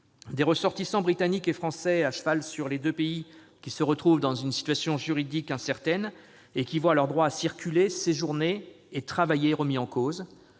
des ressortissants britanniques et français à cheval sur les deux pays, qui se trouvent dans une situation juridique incertaine et qui voient leurs droits à circuler, séjourner et travailler remis en cause.